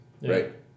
right